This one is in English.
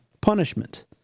punishment